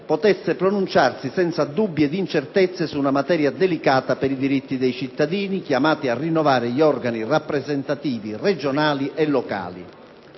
potesse pronunciarsi senza dubbi ed incertezze su una materia delicata per i diritti dei cittadini, chiamati a rinnovare gli organi rappresentativi regionali e locali.